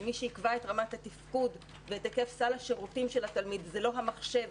ואת רמת התפקוד ואת היקף סל השירותים של התלמיד זה לא המחשב,